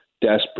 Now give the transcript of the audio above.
desperate